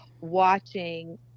watching